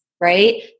right